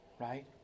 right